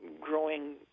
growing